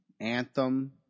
anthem –